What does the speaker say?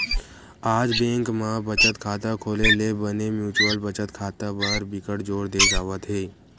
आज बेंक म बचत खाता खोले ले बने म्युचुअल बचत खाता बर बिकट जोर दे जावत हे